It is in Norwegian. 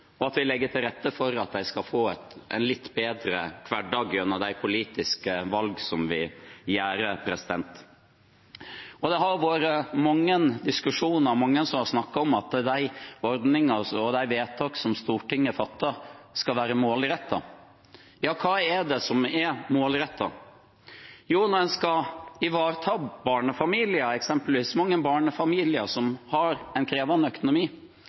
at vi legger til rette for at de skal få en litt bedre hverdag gjennom de politiske valg vi tar. Det har vært mange diskusjoner og mange som har snakket om at de ordningene og vedtakene som Stortinget fatter, skal være målrettede. Hva er det som er målrettet? Jo, når man eksempelvis skal ivareta barnefamilier som har en krevende økonomi, er det målrettet å redusere prisen på barnehage og redusere SFO-prisen. Når mange pendlere har